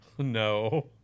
No